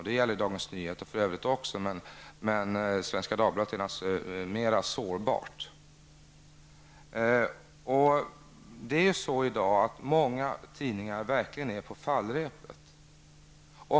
Det gäller för övrigt Dagens Nyheter men Svenska Dagbladet är naturligtvis mera sårbart. Många tidningar är i dag verkligen på fallrepet.